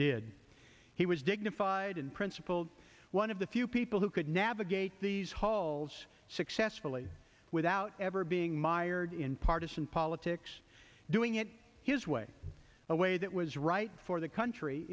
did he was dignified and principled one of the few people who could navigate these halls successfully without ever being mired in partisan politics doing it his way a way that was right for the country